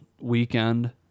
weekend